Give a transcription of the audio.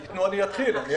אם ייתנו, אני אתחיל.